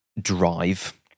drive